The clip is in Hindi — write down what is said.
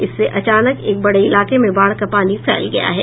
इससे अचानक एक बड़े इलाके में बाढ़ का पानी फैल गया है